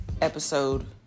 episode